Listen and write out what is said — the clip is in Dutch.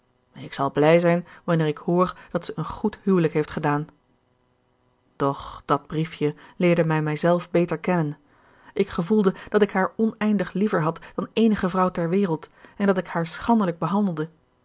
ik zal blij zijn wanneer ik hoor dat ze een goed huwelijk heeft gedaan doch dat briefje leerde mij mijzelf beter kennen ik gevoelde dat ik haar oneindig liever had dan eenige vrouw ter wereld en dat ik haar schandelijk behandelde